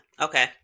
okay